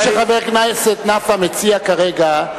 מה שחבר הכנסת נפאע מציע כרגע,